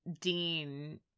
Dean